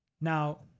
Now